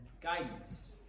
guidance